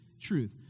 truth